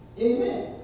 Amen